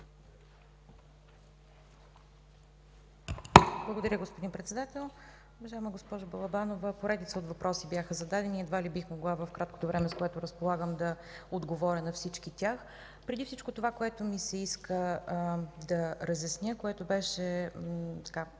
Благодаря, господин Председател.